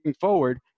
forward